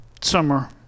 Summer